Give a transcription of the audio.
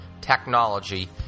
technology